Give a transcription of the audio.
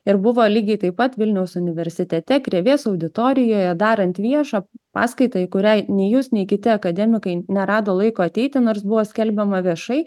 ir buvo lygiai taip pat vilniaus universitete krėvės auditorijoje darant viešą paskaitą į kurią nei jūs nei kiti akademikai nerado laiko ateiti nors buvo skelbiama viešai